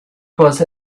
was